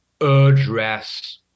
address